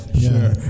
Sure